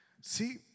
See